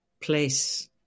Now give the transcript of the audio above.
place